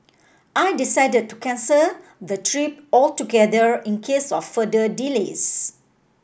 I decided to cancel the trip altogether in case of further delays